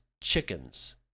chickens